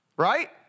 Right